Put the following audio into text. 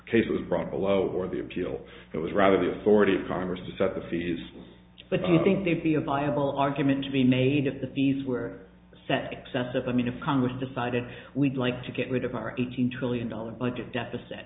cases brought below or the appeal it was rather the authority of congress to set the fees but i think they'd be a viable argument to be made if the fees were set excessive i mean if congress decided we'd like to get rid of our eighteen trillion dollar budget deficit